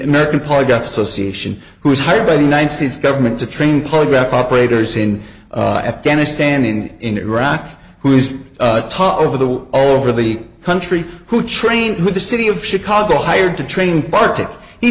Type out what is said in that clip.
american polygraphs association who was hired by the united states government to train polygraph operators in afghanistan and in iraq who is taught over the all over the country who trained with the city of chicago hired to train